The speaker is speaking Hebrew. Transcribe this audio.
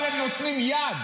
אבל הם נותנים יד